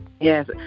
Yes